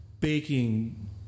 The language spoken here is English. baking